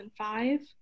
2005